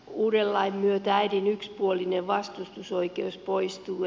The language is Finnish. uuden lain myötä äidin yksipuolinen vastustusoikeus poistuu